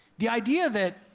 the idea that